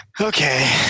Okay